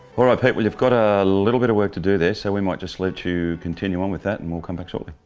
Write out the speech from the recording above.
alright pete, well you've got a a little bit of work to do there, so we might just let you continue on with that and we'll come back shortly.